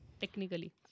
technically